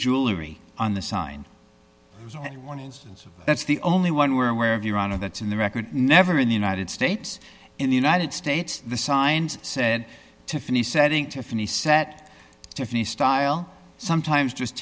jewelry on the sign and one instance of that's the only one we're aware of your honor that's in the record never in the united states in the united states the signs said tiffany setting tiffany sat tiffany style sometimes just